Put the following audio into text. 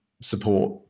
support